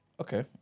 Okay